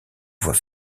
voie